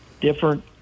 different